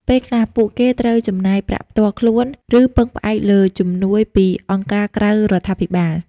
ពេលខ្លះ ពួកគេត្រូវចំណាយប្រាក់ផ្ទាល់ខ្លួន ឬពឹងផ្អែកលើជំនួយពីអង្គការក្រៅរដ្ឋាភិបាល។